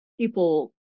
people